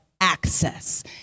access